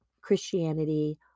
Christianity